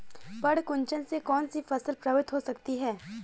पर्ण कुंचन से कौन कौन सी फसल प्रभावित हो सकती है?